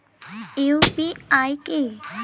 UPI কি?